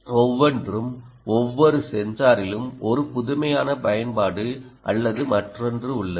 ஒவ்வொன்றும் ஒவ்வொரு சென்சாரிலும் ஒரு புதுமையான பயன்பாடு அல்லது மற்றொன்று உள்ளது